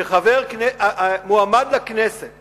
שמועמד לכנסת